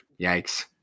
yikes